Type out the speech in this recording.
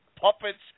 puppets